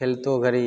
खेलतो घड़ी